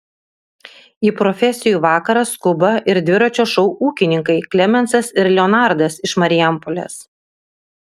į profesijų vakarą skuba ir dviračio šou ūkininkai klemensas ir leonardas iš marijampolės